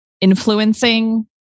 influencing